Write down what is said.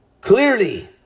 clearly